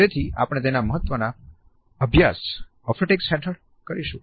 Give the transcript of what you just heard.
તેથી આપણે તેના મહત્વનો અભ્યાસ ઓલ્ફેક્ટિક્સ હેઠળ કરીશું